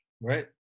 right